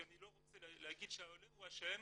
כי אני לא רוצה להגיד שהעולה הוא אשם,